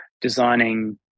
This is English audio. designing